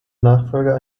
nachfolger